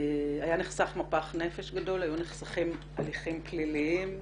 נחסך מפח נפש גדול, היו נחסכים הליכים פליליים,